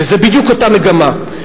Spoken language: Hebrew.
וזה בדיוק אותה מגמה.